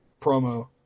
promo